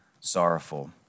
sorrowful